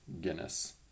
Guinness